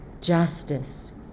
justice